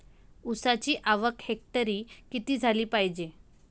ऊसाची आवक हेक्टरी किती झाली पायजे?